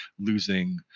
losing